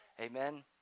Amen